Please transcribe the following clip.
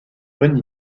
bonne